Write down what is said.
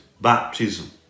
baptism